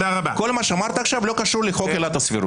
כל מה שאמרת עכשיו לא קשור לחוק ביטול עילת הסבירות.